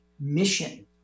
mission